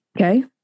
Okay